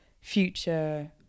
future